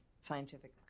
Scientific